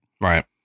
Right